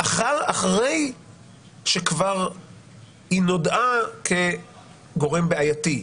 אחרי שכבר היא נודעה כגורם בעייתי,